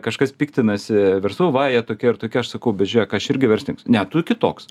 kažkas piktinasi verslu va jie tokie ir tokie aš sakau bet žėk aš irgi verslininkas ne tu kitoks